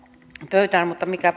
pöytään mutta mikä